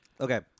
Okay